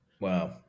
Wow